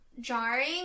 jarring